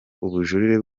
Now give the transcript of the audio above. ubujurire